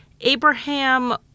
Abraham